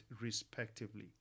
respectively